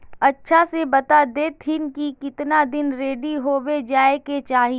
अच्छा से बता देतहिन की कीतना दिन रेडी होबे जाय के चही?